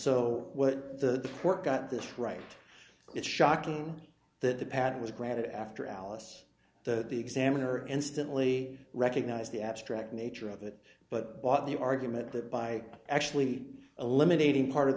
right it's shocking that the patent was granted after alice that the examiner instantly recognized the abstract nature of that but bought the argument that by actually eliminating part of